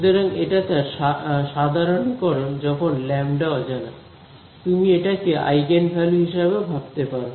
সুতরাং এটা তার সাধারণীকরণ যখন λ অজানা তুমি এটা কে আইগেন ভ্যালু হিসাবে ও ভাবতে পারো